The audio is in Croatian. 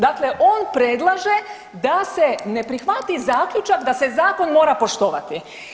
Dakle, on predlaže da se ne prihvati zaključak da se zakon mora poštovati.